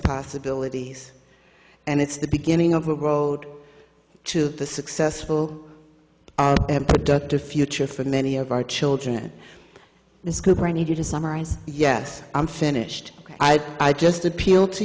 possibilities and it's the beginning of a road to the successful and productive future for many of our children in school or any to summarize yes i'm finished i just appeal to